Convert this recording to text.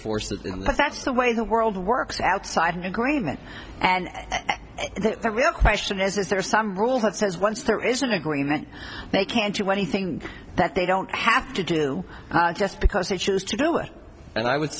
and that's the way the world works outside an agreement and the real question is is there some rule that says once there is an agreement they can't do anything that they don't have to do just because they choose to do it and i would